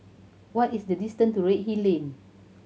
what is the distance to Redhill Lane